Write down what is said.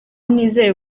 nizeye